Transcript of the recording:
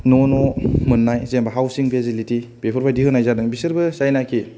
न' न' मोननाय जेनेबा हाउसिं फेसिलिति बेफोरबादि होनाय जादों बेसोरबो जायनोखि